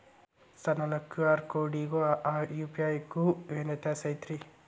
Sir ನನ್ನ QR ಕೊಡಿಗೂ ಆ ಯು.ಪಿ.ಐ ಗೂ ಏನ್ ವ್ಯತ್ಯಾಸ ಐತ್ರಿ?